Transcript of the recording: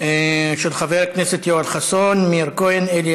של חברי הכנסת יואל חסון, מאיר כהן ואלי